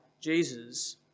Jesus